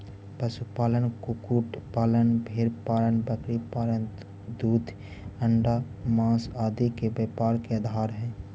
पशुपालन, कुक्कुट पालन, भेंड़पालन बकरीपालन दूध, अण्डा, माँस आदि के व्यापार के आधार हइ